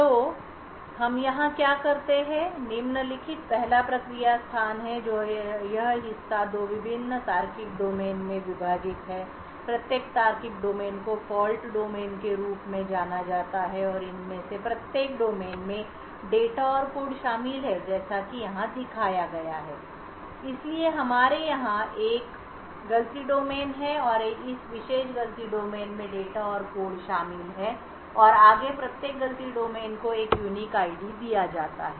तो हम यहाँ क्या करते हैं निम्नलिखित पहला प्रक्रिया स्थान है जो यह हिस्सा दो विभिन्न तार्किक डोमेन में विभाजित है प्रत्येक तार्किक डोमेन को फ़ॉल्ट डोमेन के रूप में जाना जाता है और इनमें से प्रत्येक डोमेन में डेटा और कोड शामिल हैं जैसा कि यहाँ दिखाया गया है इसलिए हमारे यहां एक गलती डोमेन है और इस विशेष गलती डोमेन में डेटा और कोड शामिल हैं और आगे प्रत्येक गलती डोमेन को एक यूनिक आईडी दिया जाता है